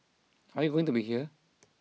are we going to be here